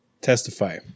testify